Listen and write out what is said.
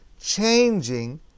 changing